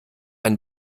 ein